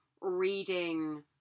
reading